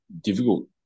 difficult